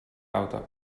auto